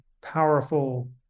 powerful